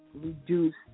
reduce